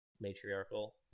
matriarchal